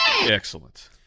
Excellent